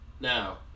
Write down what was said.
Now